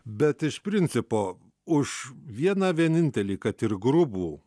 bet iš principo už vieną vienintelį kad ir grubų